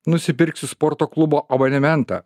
nusipirksiu sporto klubo abonementą